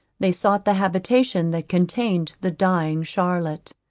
they sought the habitation that contained the dying charlotte.